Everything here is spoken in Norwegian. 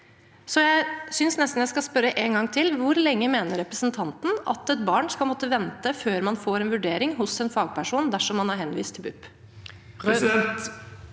jeg skal spørre en gang til: Hvor lenge mener representanten at et barn skal måtte vente før man får en vurdering hos en fagperson dersom man er henvist til BUP?